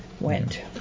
went